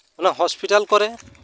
ᱚᱱᱟ ᱦᱚᱸᱥᱯᱤᱴᱟᱞ ᱠᱚᱨᱮ